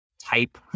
type